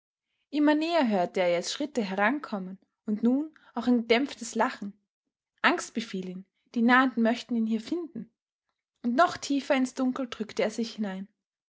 immer näher hörte er jetzt schritte herankommen und nun auch ein gedämpftes lachen angst befiel ihn die nahenden möchten ihn hier finden und noch tiefer ins dunkel drückte er sich hinein